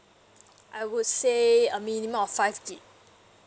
I would say a minimum of five gig